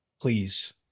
please